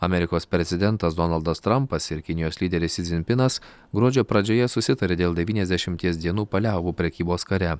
amerikos prezidentas donaldas trampas ir kinijos lyderis si dzinpinas gruodžio pradžioje susitarė dėl devyniasdešimties dienų paliaubų prekybos kare